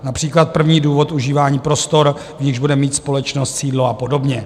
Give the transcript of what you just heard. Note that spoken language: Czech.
Například první důvod užívání prostor, v nichž bude mít společnost sídlo, a podobně.